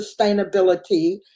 sustainability